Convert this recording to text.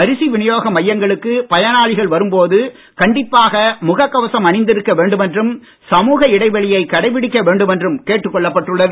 அரிசி வினியோக மையங்களுக்கு பயனாளிகள் வரும் போது கண்டிப்பாக முகக் கவசம் அணிந்திருக்க வேண்டும் என்றும் சமுக இடைவெளியை கடைபிடிக்க வேண்டும் என்றும் கேட்டுக்கொள்ளப்பட்டுள்ளது